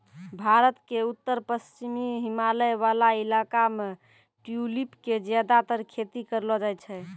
भारत के उत्तर पश्चिमी हिमालय वाला इलाका मॅ ट्यूलिप के ज्यादातर खेती करलो जाय छै